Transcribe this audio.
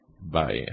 Bye